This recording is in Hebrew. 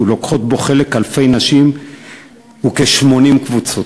ולוקחות בו חלק אלפי נשים בכ-80 קבוצות.